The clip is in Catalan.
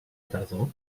tardor